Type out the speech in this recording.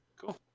Cool